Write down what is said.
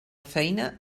feina